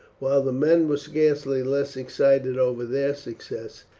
while the men were scarcely less excited over their success.